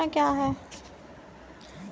कृषि में मिट्टी की संरचना क्या है?